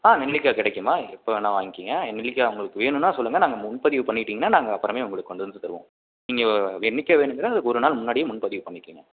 ஆ நெல்லிக்காய் கிடைக்குமா எப்போ வேணால் வாங்கிக்கங்க நெல்லிக்காய் உங்களுக்கு வேணும்னால் சொல்லுங்க நாங்கள் முன்பதிவு பண்ணிக்கிட்டிங்கன்னால் நாங்கள் அப்புறமே உங்களுக்கு கொண்டுவந்து தருவோம் நீங்கள் என்றைக்கு வேணும்னால் ஒரு நாள் முன்னாடியே முன்பதிவு பண்ணிக்கங்க